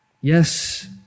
yes